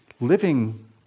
Living